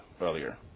earlier